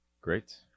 great